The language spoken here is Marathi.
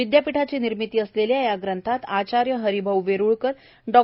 विद्यापीठाची निर्मिती असलेल्या या ग्रंथात आचार्य हरीभाऊ वेरूळकर डॉ